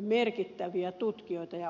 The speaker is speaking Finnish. merkittäviä ulkomaisia tutkijoita ja opettajia